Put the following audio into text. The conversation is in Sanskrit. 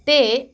ते